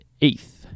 eighth